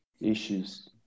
issues